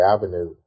Avenue